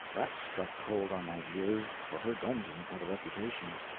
that struck cold on my ears, for her dungeons had a reputation.